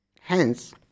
Hence